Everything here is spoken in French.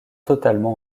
totalement